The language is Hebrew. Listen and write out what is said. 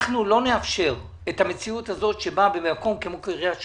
אנחנו לא נאפשר את המציאות הזאת שבה במקום כמו קריית שמונה,